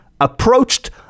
approached